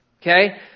Okay